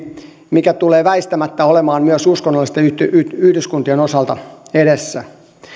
mikä tulee väistämättä olemaan myös uskonnollisten yhdyskuntien osalta edessä